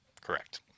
Correct